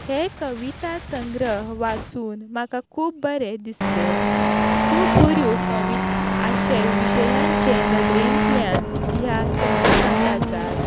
हे कविता संग्रह वाचून म्हाका खूब बरें दिसलें खूब बऱ्यो कविता आशय विशयांचे नदरेंतल्यान ह्या संग्रहांत आसात